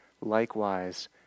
likewise